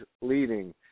leading